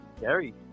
Gary